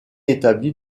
établi